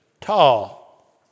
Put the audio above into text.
tall